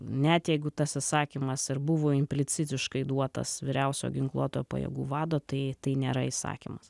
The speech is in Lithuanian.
net jeigu tas įsakymas ir buvo implicitiškai duotas vyriausio ginkluotojo pajėgų vado tai tai nėra įsakymas